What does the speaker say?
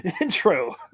intro